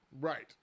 Right